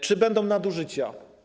Czy będą nadużycia?